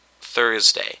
Thursday